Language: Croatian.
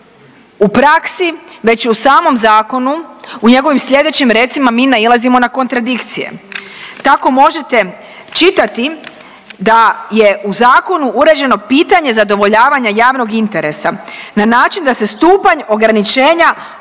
u praksi već i u samom zakonu, u njegovim sljedećim recima mi nailazimo na kontradikcije. Tako možete čitati da je u zakonu uređeno pitanje zadovoljavanja javnog interesa na način da se stupanj ograničenja opće